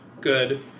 good